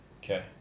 Okay